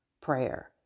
prayer